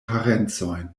parencojn